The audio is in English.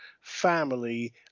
family